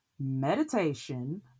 meditation